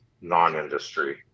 Non-industry